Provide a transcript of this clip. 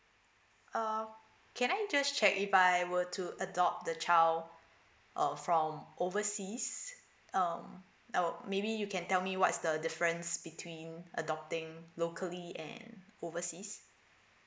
uh can I just check if I were to adopt the child uh from overseas um I would maybe you can tell me what is the difference between adopting locally and overseas